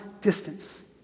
distance